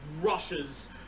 rushes